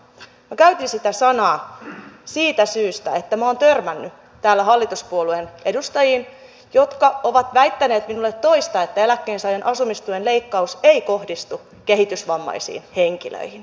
minä käytin sitä sanaa siitä syystä että minä olen törmännyt täällä hallituspuolueen edustajiin jotka ovat väittäneet minulle toista että eläkkeensaajan asumistuen leikkaus ei kohdistu kehitysvammaisiin henkilöihin